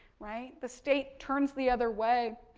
right, the state turns the other way.